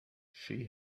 she